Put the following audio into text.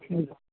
ਠੀਕ ਐ